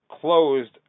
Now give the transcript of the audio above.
closed